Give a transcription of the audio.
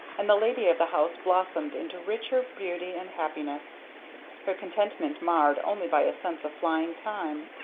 and the lady of the house blossomed into richer beauty and happiness her contentment marred only by a sense of flying time.